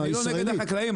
אני לא נגד החקלאים,